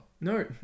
No